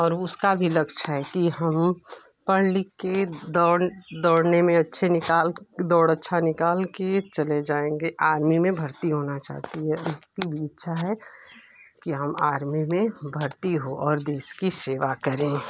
और उसका भी लक्ष्य है कि हम पढ़ लिख के दौड़ने में अच्छे निकाल दौड़ अच्छा निकाल के चले जाएँगे आर्मी में भर्ती होना चाहती है इसकी इच्छा है कि हम आर्मी में भर्ती हो और देश की सेवा करें